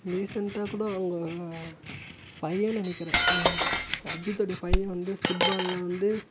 ரீசெண்டாக கூட அவங்க பையன்னு நினக்கிறேன் அஜித்துடைய பையன் வந்து ஃபுட்பால் எல்லாம் வந்து